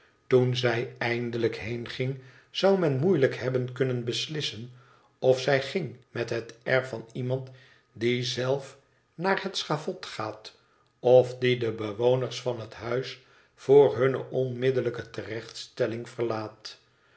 toen zij eindelijk heenging zou men moeilijk hebben kunnen beslissen of zij ging met het air van iemand die zeif naar het schavot gaat of die de bewoners van het huis vr hunne onmiddellijke terechtstelling verlaat